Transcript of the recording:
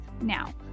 Now